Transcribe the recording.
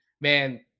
Man